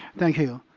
thank you.